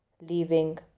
leaving